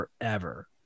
forever